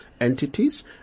entities